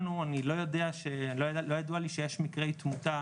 לנו לא ידוע לי שיש מקרי תמותה